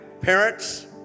parents